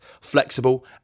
flexible